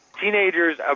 teenagers